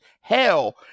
hell